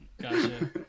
Gotcha